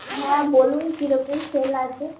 হ্যাঁ বলুন কী রকম সেল আছে